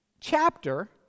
chapter